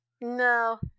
No